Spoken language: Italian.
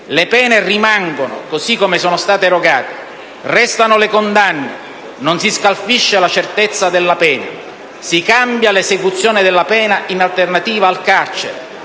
le pene rimangono, così come sono state erogate, restano le condanne, non si scalfisce la certezza della pena; si cambia l'esecuzione della pena in alternativa al carcere,